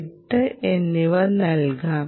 8 എന്നിവ നൽകാം